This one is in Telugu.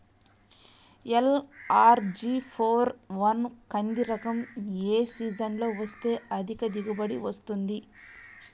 ఎల్.అర్.జి ఫోర్ వన్ కంది రకం ఏ సీజన్లో వేస్తె అధిక దిగుబడి వస్తుంది?